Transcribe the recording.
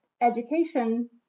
education